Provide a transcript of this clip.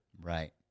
Right